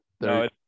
no